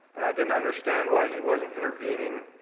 and i didn't understand why he wasn't intervening.